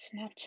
Snapchat